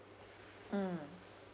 mm